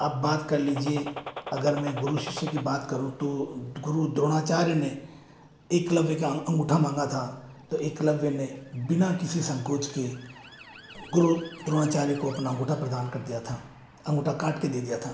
अब बात कर लिजिए अगर मैं गुरु शिष्य की बात करूँ तो गुरु द्रोणाचार्य ने एकलव्य का अंगूठा माँगा था तो एकलव्य ने बिना किसी संकोच के गुरु द्रोणाचार्य को अपना अंगूठा प्रदान कर दिया था अंगूठा काट के दे दिया था